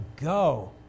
go